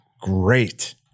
great